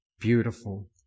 beautiful